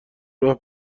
راه